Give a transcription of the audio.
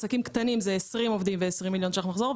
קטנים זה 20 עובדים ו-20 מיליון ₪ מחזור,